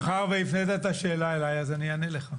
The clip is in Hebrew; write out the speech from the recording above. מאחר והפנית את השאלה אליי אז אני אענה לך.